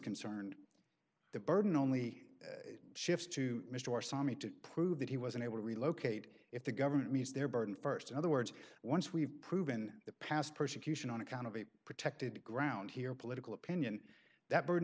concerned the burden only shifts to mr saw me to prove that he was unable to relocate if the government meets their burden st in other words once we've proven the past persecution on account of a protected ground here political opinion that burden